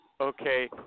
okay